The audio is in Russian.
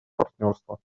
партнерства